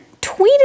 tweeted